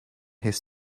his